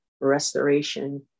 restoration